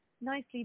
nicely